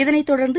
இதனைத்தொடர்ந்து